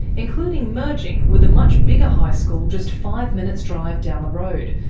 including merging with a much bigger high school just five minutes' drive down the road,